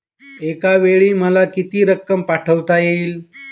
एकावेळी मला किती रक्कम पाठविता येईल?